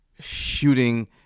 shooting